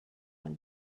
when